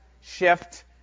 shift